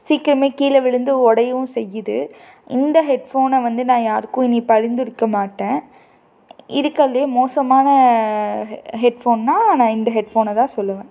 சீக்கிரமே கீழே விழுந்து உடையவும் செய்யுது இந்த ஹெட்ஃபோனை வந்து நான் யாருக்கும் இனி பரிந்துரைக்க மாட்டேன் இருக்கிறதுலையே மோசமான ஹெட்ஃபோன்னால் நான் இந்த ஹெட்ஃபோனை தான் சொல்லுவேன்